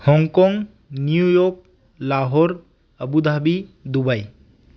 Hong Kong New York Lahore Abu Dhabi Dubai